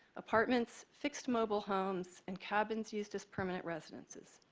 apartments, fixed mobile homes and cabins used as permanent residences.